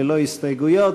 ללא הסתייגויות,